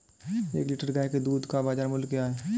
एक लीटर गाय के दूध का बाज़ार मूल्य क्या है?